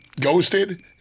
ghosted